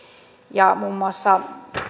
ja muun muassa